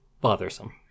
bothersome